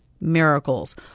miracles